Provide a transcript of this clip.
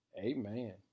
amen